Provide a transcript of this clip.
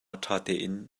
ṭhatein